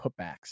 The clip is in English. putbacks